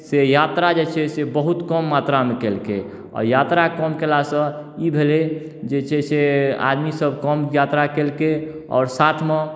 से यात्रा जे छै बहुत कम मात्रामे केलकै आओर यात्रा कम कएलासँ ई भेलै जे छै से आदमीसब कम यात्रा केलकै आओर साथमे